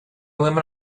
woman